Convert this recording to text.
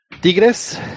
Tigres